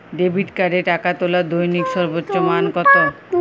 Debit কার্ডে টাকা তোলার দৈনিক সর্বোচ্চ মান কতো?